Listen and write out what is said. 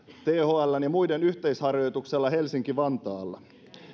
thln ja muiden yhteisharjoituksella helsinki vantaalla